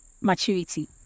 Maturity